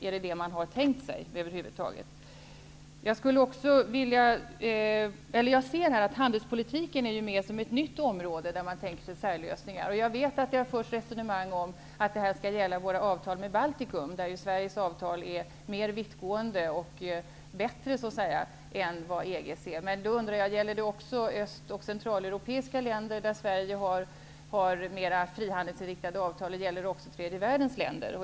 Är det över huvud taget det man har tänkt sig? Jag uppmärksammar att handelspolitiken är med som ett nytt område där man tänker sig särlösningar. Jag vet att det har förts resonemang om att detta skall gälla våra avtal med Baltikum, där ju Sveriges avtal är mer vittgående och så att säga bättre än EG:s. Gäller detta också öst och centraleuropeiska länder där Sverige har mer frihandelsinriktade avtal, och gäller det också tredje världens länder?